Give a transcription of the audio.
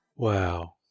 Wow